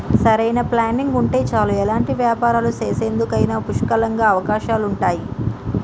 సరైన ప్లానింగ్ ఉంటే చాలు ఎలాంటి వ్యాపారాలు చేసేందుకైనా పుష్కలంగా అవకాశాలుంటయ్యి